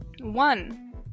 One